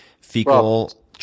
fecal